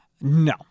No